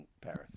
Paris